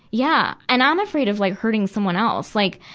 yeah. and i'm afraid of like hurting someone else. like,